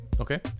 Okay